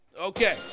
okay